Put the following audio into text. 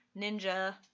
ninja